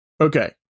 Okay